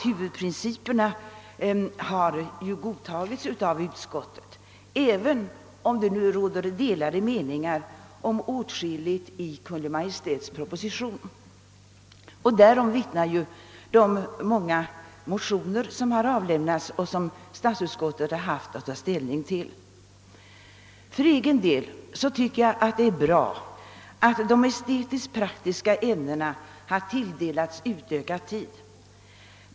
Huvudprinciperna har ju också godtagits av utskottet, även om det råder delade meningar om åtskilligt i Kungl. Maj:ts proposition. Därom vittnar mångfalden av de motioner, som statsutskottet haft att ta ställning till. För egen del tycker jag det är bra att de estetisk-praktiska ämnena har tilldelats utökad tid.